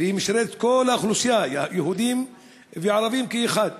ומשרת את כל האוכלוסייה, יהודים וערבים כאחד.